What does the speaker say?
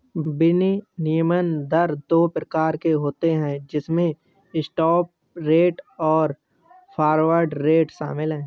विनिमय दर दो प्रकार के होते है जिसमे स्पॉट रेट और फॉरवर्ड रेट शामिल है